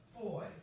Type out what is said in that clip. boy